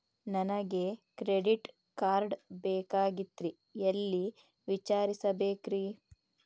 ನನಗೆ credit card ಬೇಕಾಗಿತ್ರಿ ಎಲ್ಲಿ ವಿಚಾರಿಸಬೇಕ್ರಿ?